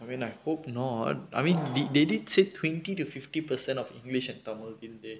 I mean I hope not I mean di~ they did say twenty to fifty percent of english and tamil didn't they